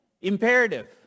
Imperative